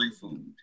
food